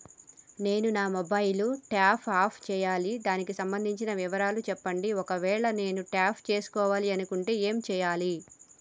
నేను నా mobile top up చేయాలి దానికి సంబంధించిన వివరాలు చెప్పండి ఒకవేళ నేను టాప్ చేసుకోవాలనుకుంటే ఏం చేయాలి?